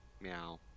meow